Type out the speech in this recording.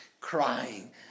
crying